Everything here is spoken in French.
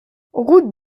route